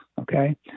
Okay